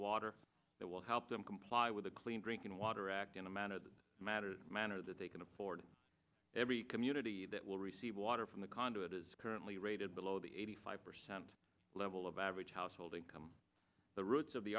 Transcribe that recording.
water that will help them comply with the clean drinking water act in a manner that matter manner that they can afford every community that will receive water from the conduit is currently rated below the eighty five percent level of average household income the roots of the